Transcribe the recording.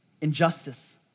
injustice